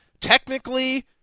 technically